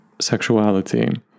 sexuality